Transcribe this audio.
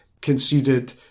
conceded